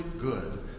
good